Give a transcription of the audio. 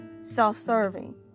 self-serving